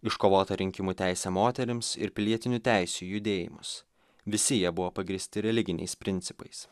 iškovotą rinkimų teisę moterims ir pilietinių teisių judėjimus visi jie buvo pagrįsti religiniais principais